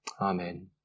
Amen